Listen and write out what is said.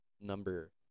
number